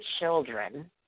children